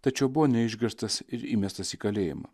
tačiau buvo neišgirstas ir įmestas į kalėjimą